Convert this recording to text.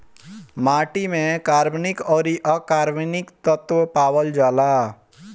माटी में कार्बनिक अउरी अकार्बनिक तत्व पावल जाला